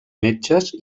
metges